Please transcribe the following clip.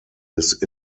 his